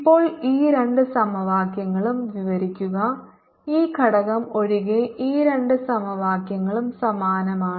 ഇപ്പോൾ ഈ രണ്ട് സമവാക്യങ്ങളും വിവരിക്കുക ഈ ഘടകം ഒഴികെ ഈ രണ്ട് സമവാക്യങ്ങളും സമാനമാണ്